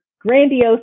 grandiose